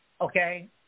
Okay